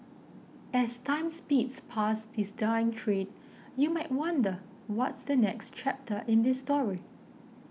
as time speeds past this dying trade you might wonder what's the next chapter in this story